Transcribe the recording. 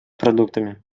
продуктами